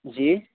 جی